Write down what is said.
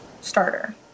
Starter